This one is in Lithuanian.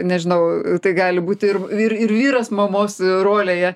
nežinau tai gali būti ir ir ir vyras mamos rolėje